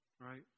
right